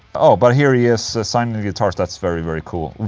oh, but here he is signing the guitars. that's very very cool.